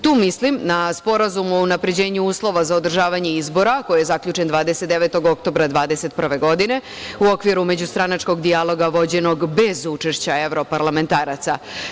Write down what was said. Tu mislim na Sporazum o unapređenju uslova za održavanje izbora, koji je zaključen 29. oktobra 2021. godine u okviru međustranačkog dijaloga vođenog bez učešća evroparlamentaraca.